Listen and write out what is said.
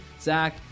Zach